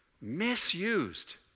misused